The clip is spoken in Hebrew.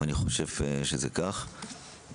ואני חושב שזה כך.